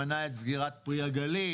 מנע את סגירת "פרי הגליל",